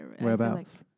Whereabouts